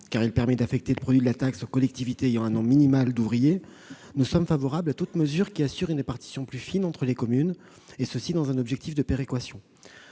car il permet d'affecter le produit de la taxe aux collectivités ayant un nombre minimal d'ouvriers, nous sommes favorables à toute mesure qui assure une répartition plus fine entre les communes, et ce dans un objectif de péréquation.